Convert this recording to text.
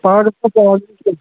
orders